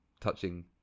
touching